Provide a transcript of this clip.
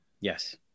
Yes